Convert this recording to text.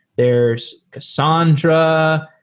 there's cassandra.